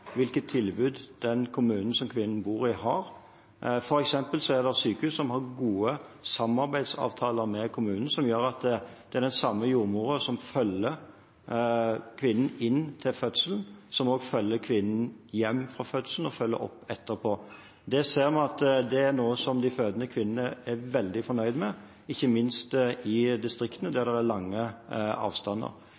hvilke tilbud den kommunen som kvinnen bor i, har. For eksempel er det sykehus som har gode samarbeidsavtaler med kommunen, som gjør at det er den samme jordmoren som følger kvinnen inn til fødselen, som også følger kvinnen hjem fra fødselen, og som følger opp etterpå. Vi ser at det er noe de fødende kvinnene er veldig fornøyd med, ikke minst i distriktene der